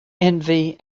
envy